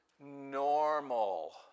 Normal